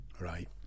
Right